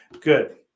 Good